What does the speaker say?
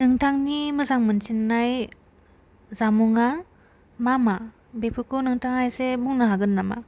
नोंथांनि मोजां मोनसिन्नाय जामुङा मा मा बेफोरखौ नोंथाङा इसे बुंनो हागोन नामा